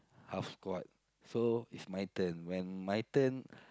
half squat so it's my turn when my turn